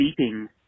beeping